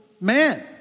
man